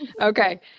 Okay